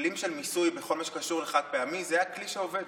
כלים של מיסוי בכל הקשור לחד-פעמי, זה הכלי שעובד,